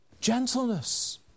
gentleness